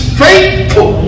faithful